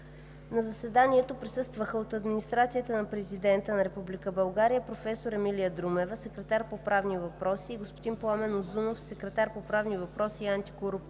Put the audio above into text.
На заседанието присъстваха: от Администрацията на Президента на Република България професор Емилия Друмева – секретар по правни въпроси, и господин Пламен Узунов – секретар по правни въпроси и антикорупция;